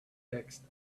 fixed